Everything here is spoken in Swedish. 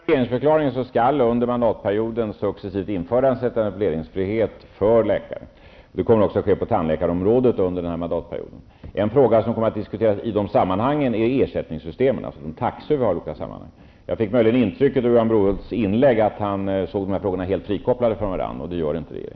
Herr talman! Som det framgår av regeringsförklaringen skall det under mandatperioden successivt införas etableringsfrihet för läkare. Det kommer också att ske på tandläkarområdet. En fråga som kommer att diskuteras i de sammanhangen är ersättningssystemen, dvs. Jag fick intrycket av Johan Brohults inlägg att han såg frågorna frikopplade från varandra. Det gör inte regeringen.